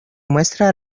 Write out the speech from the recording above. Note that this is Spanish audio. muestra